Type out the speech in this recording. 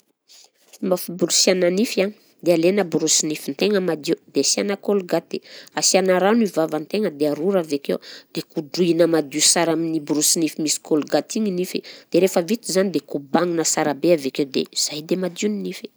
Fomba fiborosiàna nify a, dia alaina borosinifin-tegna madio dia asiàna colgate, dia asiàna rano i vavan-tegna dia arora avy akeo, dia kodrohina madio sara amin'ny borosinify misy colgate igny nify dia rehefa vita izany dia kobagnina sara be avy akeo dia izay dia madio ny nify.